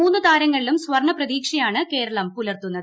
മൂന്നു താരങ്ങളിലും സർണ്ണ പ്രതീക്ഷയാണ് കേരളം പുലർത്തുന്നത്